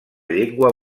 llengua